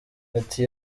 ati